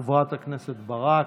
חברת הכנסת ברק,